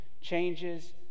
changes